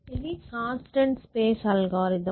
ఇది constant space algorithm